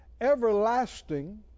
everlasting